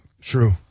True